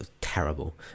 terrible